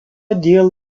dėl